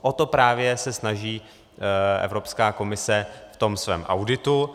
O to právě se snaží Evropská komise v tom svém auditu.